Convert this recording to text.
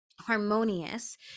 harmonious